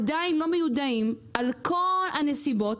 עדיין לא מיודעים על כך הנסיבות,